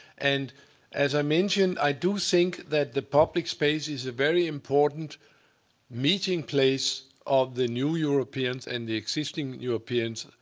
and as i mentioned, i do think that the public space is a very important meeting place of the new europeans and the existing europeans,